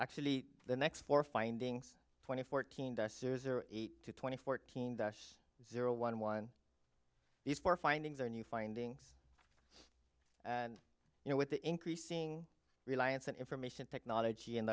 actually the next four findings twenty fourteen to twenty fourteen zero one one these four findings are new findings and you know with the increasing reliance on information technology in